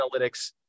analytics